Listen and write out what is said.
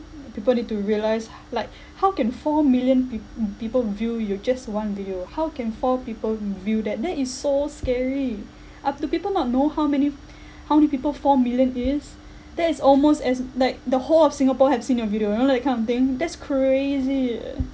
people need to realise ho~ like how can four million peop~ people view your just one video how can four people view that that is so scary up to people not know how many how many people four million is that is almost as like the whole of singapore have seen your video you know that kind of thing that's crazy